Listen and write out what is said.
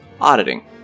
auditing